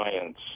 Science